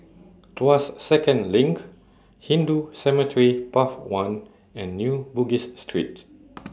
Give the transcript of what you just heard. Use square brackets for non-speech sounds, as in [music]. Tuas Second LINK Hindu Cemetery Path one and New Bugis Street [noise]